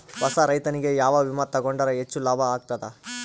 ಹೊಸಾ ರೈತನಿಗೆ ಯಾವ ವಿಮಾ ತೊಗೊಂಡರ ಹೆಚ್ಚು ಲಾಭ ಆಗತದ?